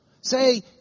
Say